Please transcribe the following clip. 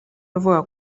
yavugaga